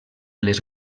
les